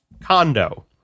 condo